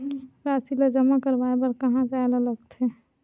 राशि ला जमा करवाय बर कहां जाए ला लगथे